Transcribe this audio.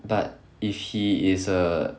but if he is a